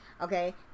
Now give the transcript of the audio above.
Okay